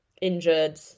injured